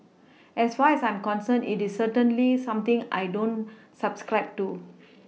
as far as I'm concerned it is certainly something I don't subscribe to